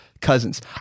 Cousins